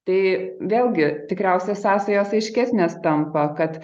tai vėlgi tikriausia sąsajos aiškesnės tampa kad